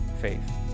faith